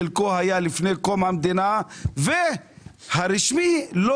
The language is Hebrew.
חלקו היה לפני קום המדינה והרשמי לא